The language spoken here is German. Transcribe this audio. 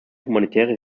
humanitäre